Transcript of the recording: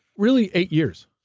really, eight years.